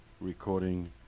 recording